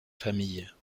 famille